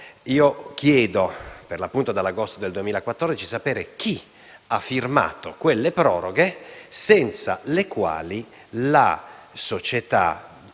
io chiedo, per l'appunto dal settembre del 2015, di sapere chi ha firmato quelle proroghe senza le quali la società